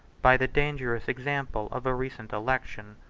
by the dangerous example of a recent election.